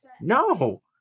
no